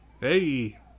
hey